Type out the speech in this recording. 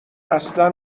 اصلا